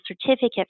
certificate